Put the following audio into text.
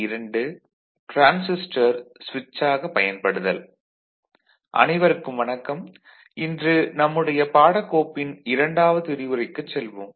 இன்று நம்முடைய பாடக்கோப்பின் இரண்டாவது விரிவுரைக்குச் செல்வோம்